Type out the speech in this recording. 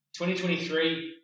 2023